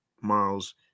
miles